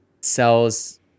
sells